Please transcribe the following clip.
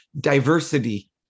diversity